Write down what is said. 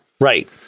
Right